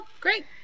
great